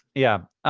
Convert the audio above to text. yeah.